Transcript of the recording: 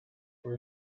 for